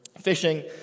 fishing